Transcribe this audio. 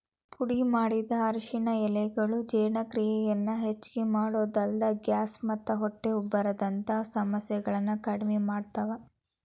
ಪುಡಿಮಾಡಿದ ಅರಿಶಿನ ಎಲೆಗಳು ಜೇರ್ಣಕ್ರಿಯೆಯನ್ನ ಹೆಚ್ಚಮಾಡೋದಲ್ದ, ಗ್ಯಾಸ್ ಮತ್ತ ಹೊಟ್ಟೆ ಉಬ್ಬರದಂತ ಸಮಸ್ಯೆಗಳನ್ನ ಕಡಿಮಿ ಮಾಡ್ತಾವ